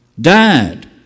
Died